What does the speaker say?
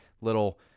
little